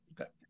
Okay